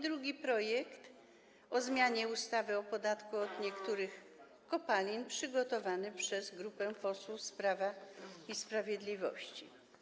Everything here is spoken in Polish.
Drugi projekt o zmianie ustawy o podatku od niektórych kopalin przygotowany został przez grupę posłów z Prawa i Sprawiedliwości.